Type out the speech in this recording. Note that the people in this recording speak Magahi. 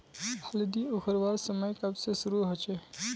हल्दी उखरवार समय कब से शुरू होचए?